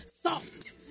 Soft